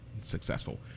successful